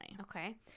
Okay